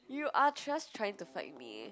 you are just trying to fight me